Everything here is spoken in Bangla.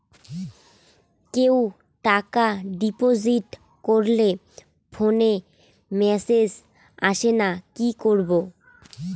কেউ টাকা ডিপোজিট করলে ফোনে মেসেজ আসেনা কি করবো?